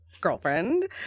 girlfriend